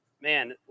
man